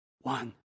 one